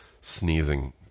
sneezing